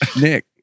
Nick